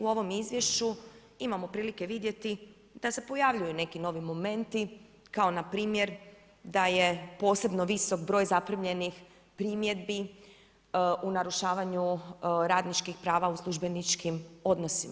U ovom Izvješću imamo prilike vidjeti da se pojavljuju neki novi momenti kao npr. da je posebno visok broj zaprimljenih primjedbi u narušavanju radničkih prava u službeničkim odnosima.